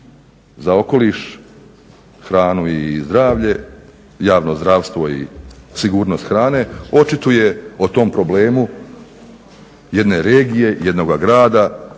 za okoliš, hranu i zdravlje, javno zdravstvo i sigurnost hrane očituje o tom problemu jedne regije, jednoga grada